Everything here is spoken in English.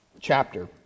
chapter